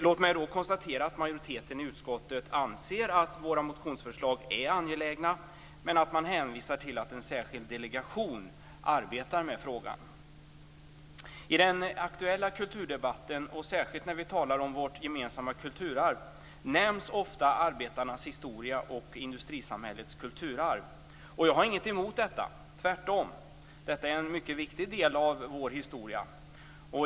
Låt mig konstatera att majoriteten i utskottet anser att våra motionsförslag är angelägna, men man hänvisar till att en särskild delegation arbetar med frågan. I den aktuella kulturdebatten och särskilt när vi talar om vårt gemensamma kulturarv nämns ofta arbetarnas historia och industrisamhällets kulturarv. Jag har inget emot detta, tvärtom. Det är en mycket viktig del av vår historia.